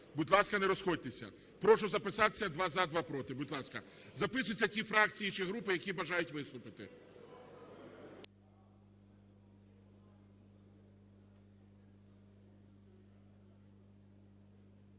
Будь ласка, не розходьтеся. Прошу записатися: два – за, два – проти. Будь ласка, записуються ті фракції чи групи, які бажають виступити.